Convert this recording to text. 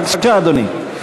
בבקשה, אדוני.